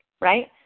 right